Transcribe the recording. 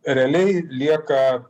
realiai lieka